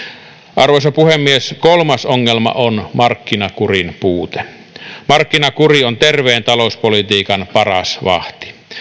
arvoisa puhemies kolmas ongelma on markkinakurin puute markkinakuri on terveen talouspolitiikan paras vahti